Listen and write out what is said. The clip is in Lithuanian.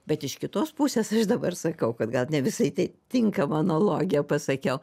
bet iš kitos pusės dabar sakau kad gal ne visai tai tinkamą analogiją pasakiau